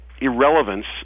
irrelevance